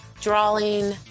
drawing